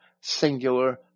singular